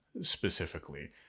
specifically